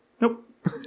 Nope